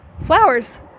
flowers